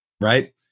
right